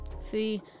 See